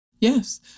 yes